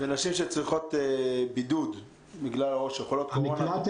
ונשים שצריכות בידוד או שחולות קורונה?